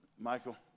Michael